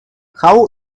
how